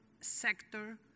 sector